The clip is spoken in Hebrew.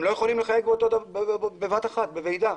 הם לא יכולים לחייג בבת אחת ולעשות שיחת ועידה.